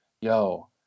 yo